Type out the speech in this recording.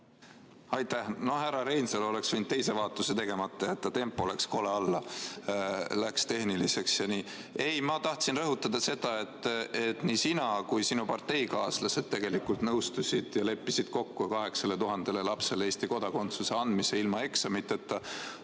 Aitäh! No härra Reinsalu oleks võinud teise vaatuse tegemata jätta, tempo läks kole alla. Asi läks tehniliseks. Aga ma tahan rõhutada seda, et nii sina kui ka sinu parteikaaslased tegelikult leppisid kokku 8000 lapsele Eesti kodakondsuse andmise ilma eksamiteta